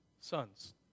Sons